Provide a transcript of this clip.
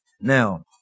Now